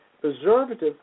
preservative